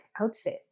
outfit